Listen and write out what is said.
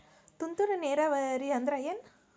ತುಂತುರು ನೇರಾವರಿ ಅಂದ್ರ ಏನ್?